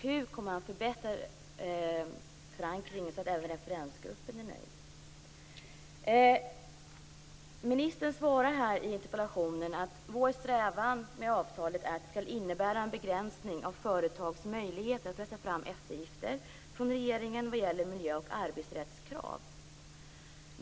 Hur kommer man att förbättra förankringen så att även referensgruppen är nöjd? Ministern svarar i interpellationen att vår strävan med avtalet är att det skall innebära en begränsning av företags möjligheter att pressa fram eftergifter från regeringen vad gäller miljö och arbetsrättskrav.